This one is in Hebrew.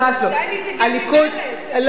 שטייניץ, מאיפה